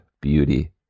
beauty